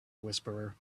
whisperer